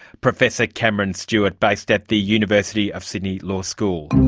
professor cameron stewart, based at the university of sydney law school.